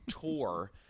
tour